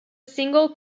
single